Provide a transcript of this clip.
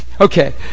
okay